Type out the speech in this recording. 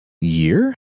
year